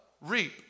reap